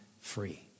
free